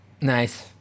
Nice